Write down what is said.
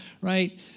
right